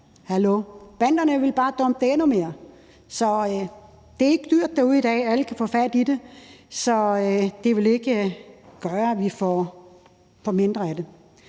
hallo! Banderne vil bare dumpe det endnu mere. Det er ikke dyrt derude i dag; alle kan få fat i det, så det vil ikke gøre, at vi får mindre af det.